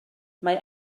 mae